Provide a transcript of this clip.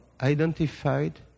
identified